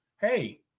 hey